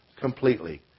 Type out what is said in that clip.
completely